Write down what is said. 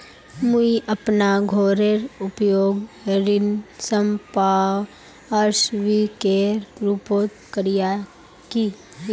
मुई अपना घोरेर उपयोग ऋण संपार्श्विकेर रुपोत करिया ही